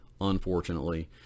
unfortunately